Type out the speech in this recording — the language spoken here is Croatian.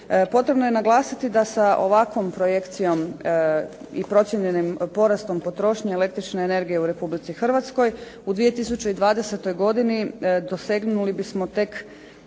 Potrebno je naglasiti da sa ovakvom projekcijom i procijenjenim porastom potrošnje električne energije u Republici Hrvatskoj, u 2020. godini dosegnuli bismo tek